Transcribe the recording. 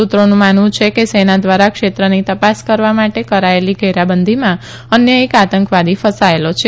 સુત્રોનું માનવું છે કે સેના દ્વારા ક્ષેત્રની તપાસ કરવા માટે કરાયેલી ઘેરાબંધીમાં અન્ય એક આતંકવાદી ફસાયેલો છે